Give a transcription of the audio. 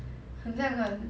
很像很